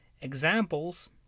Examples